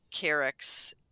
carex